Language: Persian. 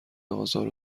آزار